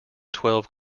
twelve